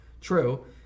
true